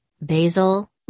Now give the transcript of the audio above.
basil